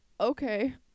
Okay